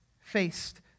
faced